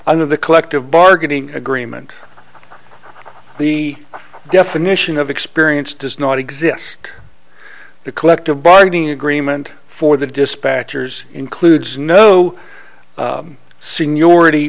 of the collective bargaining agreement the definition of experience does not exist the collective bargaining agreement for the dispatcher's includes no seniority